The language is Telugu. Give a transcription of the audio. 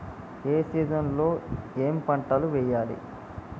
ఏ సీజన్ లో ఏం పంటలు వెయ్యాలి?